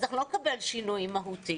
אז לא נקבל שינוי מהותי.